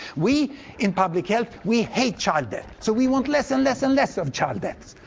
we in public health, we hate child death, so we want less and less and less of child deaths.